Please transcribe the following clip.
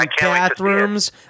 bathrooms